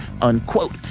unquote